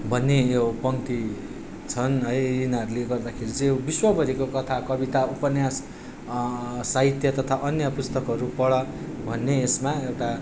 भन्ने यो पङ्क्ति छन् है यिनीहरूले गर्दाखेरि चाहिँ यो विश्वभरिको कथा कविता उपन्यास साहित्य तथा अन्य पुस्तकहरू पढ भन्ने यसमा एउटा